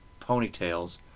ponytails